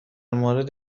مورد